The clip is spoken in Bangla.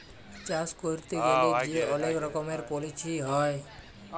চাষ ক্যইরতে গ্যালে যে অলেক রকমের পলিছি হ্যয়